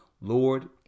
lord